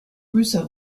russo